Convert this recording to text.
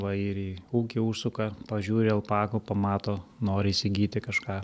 va ir į ūkį užsuka pažiūri alpakų pamato nori įsigyti kažką